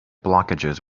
blockages